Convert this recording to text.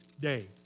day